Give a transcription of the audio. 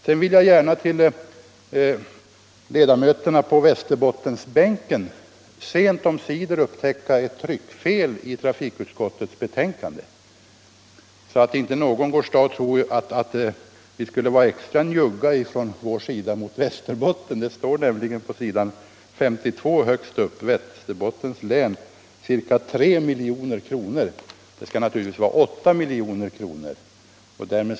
Sedan vill jag gärna be ledamöterna på Västerbottensbänken upptäcka ett tryckfel i trafikutskottets betänkande, så att de inte tror att vi är extra njugga mot Västerbotten. Det står nämligen högst upp på s. 52 "Västerbottens län ” .Det skall naturligtvis vara 8 milj.kr.